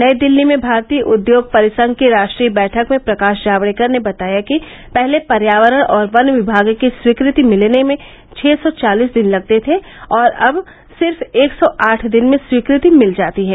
नई दिल्ली में भारतीय उद्योग परिसंघ की राष्ट्रीय बैठक में प्रकाश जावड़ेकर ने बताया कि पहले पर्यावरण और वन विभाग की स्वीकृति मिलने में छह सौ चालिस दिन लगते थे और अब सिर्फ एक सौ आठ दिन में स्वीकृति मिल जाती है